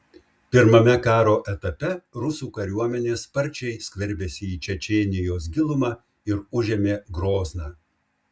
pirmame karo etape rusų kariuomenė sparčiai skverbėsi į čečėnijos gilumą ir užėmė grozną